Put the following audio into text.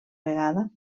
vegada